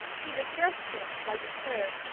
he would thrust him, like a cur,